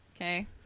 Okay